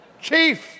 chief